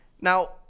Now